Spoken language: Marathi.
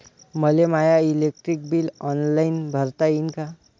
मले माय इलेक्ट्रिक बिल ऑनलाईन भरता येईन का?